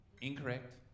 Incorrect